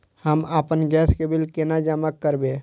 हम आपन गैस के बिल केना जमा करबे?